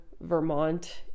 Vermont